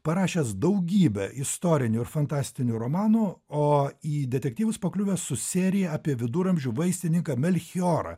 parašęs daugybę istorinių ir fantastinių romanų o į detektyvus pakliuvęs su serija apie viduramžių vaistininką melchiorą